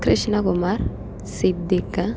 Krishnakumar Siddique